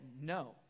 No